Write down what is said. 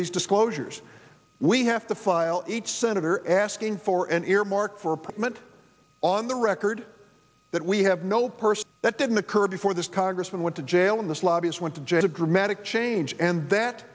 these disclosures we have to file each senator asking for an earmark for apartment on the record that we have no person that didn't occur before this congressman went to jail and this lobbyist went to jail a dramatic change and that